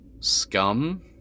scum